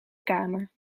kamer